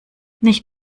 nicht